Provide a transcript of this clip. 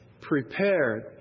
prepared